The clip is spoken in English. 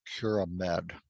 CuraMed